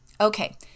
Okay